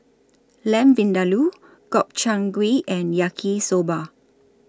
Lamb Vindaloo Gobchang Gui and Yaki Soba